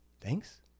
thanks